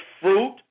fruit